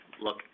look